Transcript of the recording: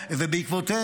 ובעקבות זאת,